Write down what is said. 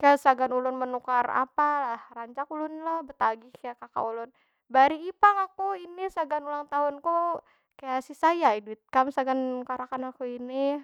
kaya sagan ulun menukar apa lah. Rancak ulun lo betagih kaya kaka ulun, barii pang aku ini sagan ulang tahunku. Kaya sisai ai duit ikam sagan menungkar akan aku ini.